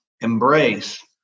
embrace